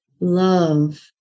love